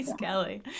Kelly